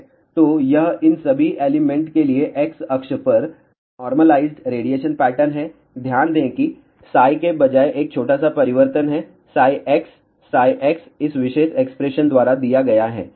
तो यह इन सभी एलिमेंट के लिए x अक्ष पर नार्मलाइज्ड रेडिएशन पैटर्न है ध्यान दें कि के बजाय एक छोटा सा परिवर्तन है x x इस विशेष एक्सप्रेशन द्वारा दिया गया है